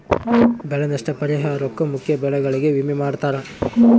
ಬೆಳೆ ನಷ್ಟ ಪರಿಹಾರುಕ್ಕ ಮುಖ್ಯ ಬೆಳೆಗಳಿಗೆ ವಿಮೆ ಮಾಡ್ತಾರ